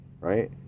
right